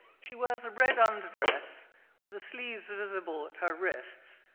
she wears a red underdress with the sleeves visible at her wrists,